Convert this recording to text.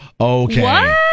Okay